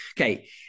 Okay